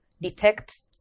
detect